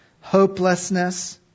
hopelessness